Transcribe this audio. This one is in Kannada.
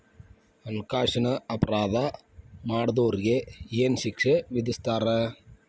ಹಣ್ಕಾಸಿನ್ ಅಪರಾಧಾ ಮಾಡ್ದೊರಿಗೆ ಏನ್ ಶಿಕ್ಷೆ ವಿಧಸ್ತಾರ?